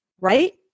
right